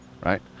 right